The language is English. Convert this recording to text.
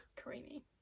creamy